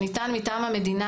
שניתן מטעם המדינה,